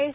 S